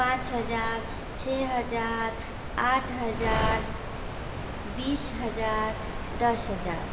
पाँच हज़ार छः हज़ार आठ हज़ार बीस हज़ार दस हज़ार